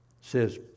says